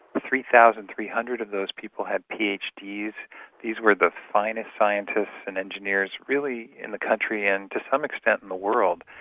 three thousand three hundred of those people had phds. these these were the finest scientists and engineers really in the country, and to some extent in the world,